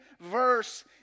verse